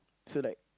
so like